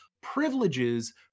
privileges